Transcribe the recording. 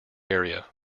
area